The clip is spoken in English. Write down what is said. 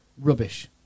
rubbish